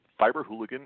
fiberhooligan